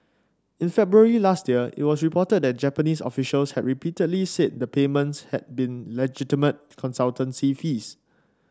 in February last year it was reported that Japanese officials had repeatedly said the payments had been legitimate consultancy fees